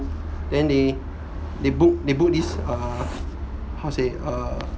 then they they book they booked this err how to say err